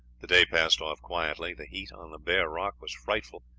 the day passed off quietly. the heat on the bare rock was frightful,